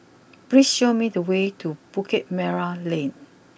please show me the way to Bukit Merah Lane